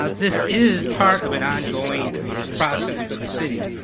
ah this is part of an ongoing process for the city.